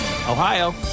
Ohio